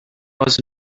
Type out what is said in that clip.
was